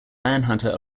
manhunter